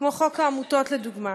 כמו חוק העמותות, לדוגמה.